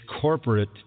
corporate